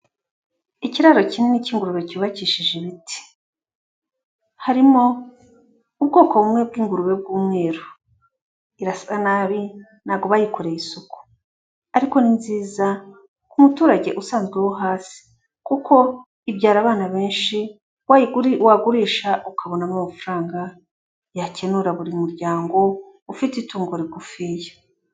Ikiraro kinini cy'ingurube cyubakishije ibiti, harimo ubwoko bumwe bw'ingurube bw'umweru, irasa nabi ntago bayikoreye isuku, ariko ni nziza ku muturage usanzwe wo hasi kuko ibyara abana benshi, wagurisha ukabonamo amafaranga yakenura buri muryango ufite itungo rigufiya.